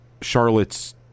Charlotte's